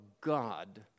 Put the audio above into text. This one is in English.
God